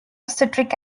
citric